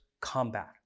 combat